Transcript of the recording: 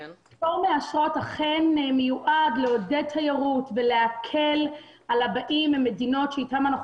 פטור מאשרות אכן מיועד לעודד תיירות ולהקל על הבאים ממדינות אתן אנחנו